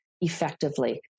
effectively